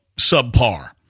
subpar